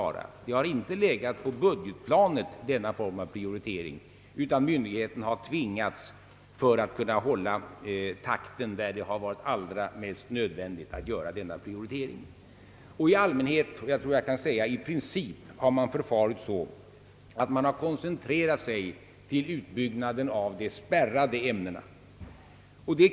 Denna form av prioritering har inte legat på budgetplanet, utan myndigheterna har tvingats att göra denna prioritering för att kunna hålla takten där det har varit allra mest nödvändigt. I allmänhet — jag tror att jag kan säga i princip — har man koncentrerat sig till utbyggnaden av de spärrade ämnena.